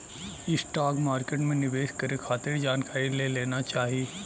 stock market में निवेश करे खातिर जानकारी ले लेना चाही